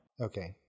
Okay